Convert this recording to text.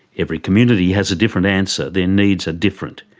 every community has a different answer, their needs are different.